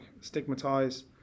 stigmatize